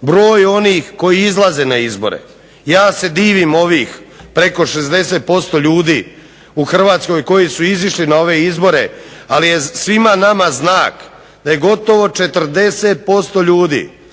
broj onih koji izlaze na izbore. Ja se divim ovih preko 60% ljudi u Hrvatskoj koji su izišli na ove izbore. Ali je svima nama znak da je gotovo 40% ljudi